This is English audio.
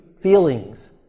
feelings